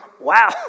wow